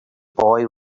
boy